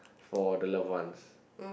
for the love ones